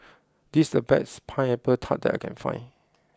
this is the best pineapple Tart that I can find